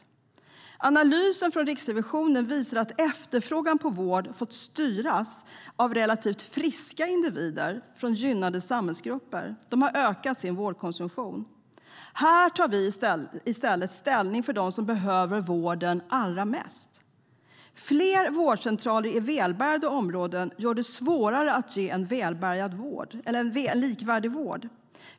Analysen från Riksrevisionen visar att efterfrågan på vård har fått styras av relativt friska individer från gynnade samhällsgrupper som har ökat sin vårdkonsumtion. Här tar vi ställning för dem som behöver vården allra mest. Fler vårdcentraler i välbärgade områden gör det svårare att ge alla en likvärdig vård.